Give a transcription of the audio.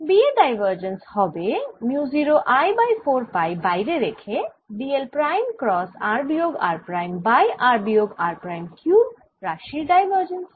B এর divergence হবে mu 0 I by 4 pi বাইরে রেখে d l prime cross r বিয়োগ r প্রাইম বাই r বিয়োগ r প্রাইম কিউব রাশির ডাইভার্জেন্স